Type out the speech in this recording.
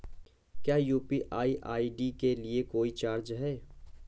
क्या UPI ID के लिए कोई चार्ज है?